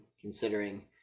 considering